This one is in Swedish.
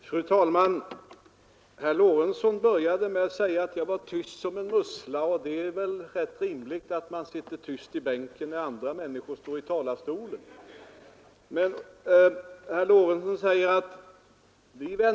Fru talman! Herr Lorentzon började med att säga att jag var tyst som en mussla. Det är rätt rimligt att man sitter tyst i bänken när en annan människa står i talarstolen.